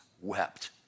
wept